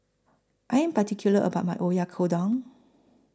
I Am particular about My Oyakodon